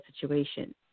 situation